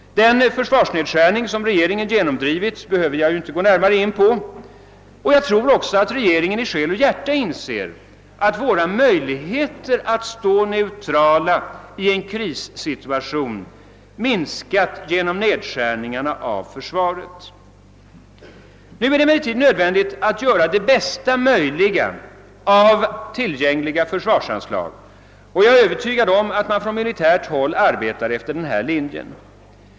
Den försvarsnedskärning som regeringen genomdrivit behöver jag inte gå närmare in på. Jag tror också att regeringen i själ och hjärta inser att våra möjligheter att stå neutrala i en krissituation minskat genom nedskärningarna av försvaret. Nu är det emellertid nödvändigt att göra det bästa möjliga av tillgängliga försvarsanslag. Jag är övertygad om att man från militärt håll arbetar efter denna linje.